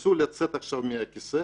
תנסו לצאת עכשיו מהכיסא